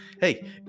hey